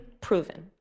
proven